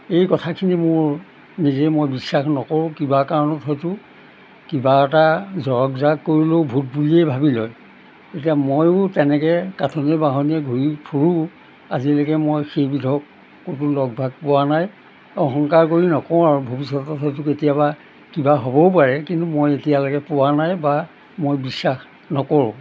এই কথাখিনি মোৰ নিজে মই বিশ্বাস নকৰোঁ কিবা কাৰণত হয়তো কিবা এটা জৰক জাক কৰিলেও ভূত বুলিয়েই ভাবি লয় এতিয়া ময়ো তেনেকৈ কাঠনি বাহনীয়ে ঘূৰি ফুৰু আজিলৈকে মই সেইবিধক কোনো লগ ভাগ পোৱা নাই অহংকাৰ কৰি নকওঁ আৰু ভৱিষ্যতত হয়তো কেতিয়াবা কিবা হ'বও পাৰে কিন্তু মই এতিয়ালৈকে পোৱা নাই বা মই বিশ্বাস নকৰোঁ